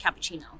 cappuccino